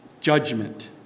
Judgment